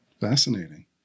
Fascinating